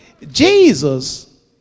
Jesus